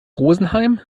rosenheim